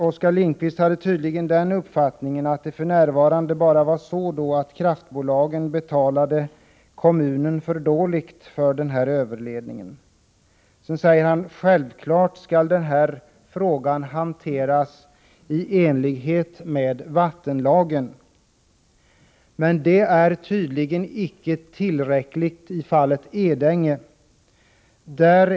Oskar Lindkvist har tydligen den uppfattningen att kraftbolagen för närvarande betalar kommunen för dåligt för denna överledning. Självklart skall denna fråga hanteras i enlighet med vattenlagen, sade Oskar Lindkvist. Men det är tydligen inte tillräckligt när det gäller Edänge.